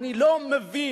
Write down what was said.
אני לא מבין,